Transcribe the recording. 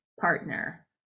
partner